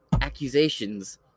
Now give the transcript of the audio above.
accusations